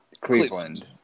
Cleveland